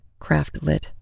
craftlit